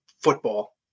football